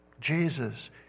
Jesus